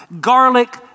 garlic